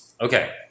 Okay